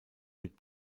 mit